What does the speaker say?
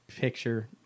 Picture